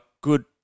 good